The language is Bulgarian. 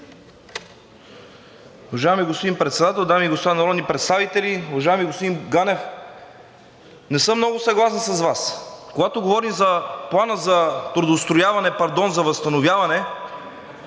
Уважаеми господин Председател, дами и господа народни представители! Уважаеми господин Ганев, не съм много съгласен с Вас. Когато говорим за Плана за трудоустрояване, пардон за възстановяване,